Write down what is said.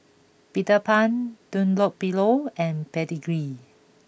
Peter Pan Dunlopillo and Pedigree